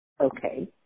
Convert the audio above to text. Okay